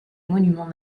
monument